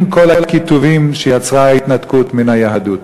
עם כל הקיטובים שיצרה ההתנתקות מן היהדות.